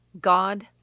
God